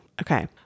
Okay